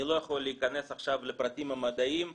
אני לא יכול להיכנס עכשיו לפרטים המדעיים,